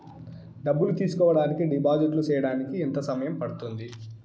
డబ్బులు తీసుకోడానికి డిపాజిట్లు సేయడానికి ఎంత సమయం పడ్తుంది